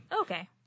okay